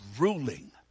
ruling